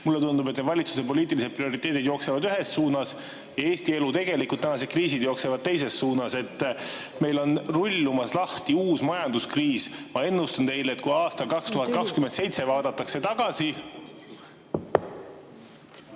Mulle tundub, et valitsuse poliitilised prioriteedid jooksevad ühes suunas, aga Eesti elu tegelikud kriisid jooksevad teises suunas. Meil on rullumas lahti uus majanduskriis. Ma ennustan teile, et kui aastal 2027 vaadatakse tagasi,